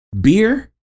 beer